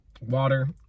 water